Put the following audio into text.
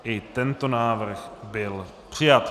I tento návrh byl přijat.